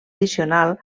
addicional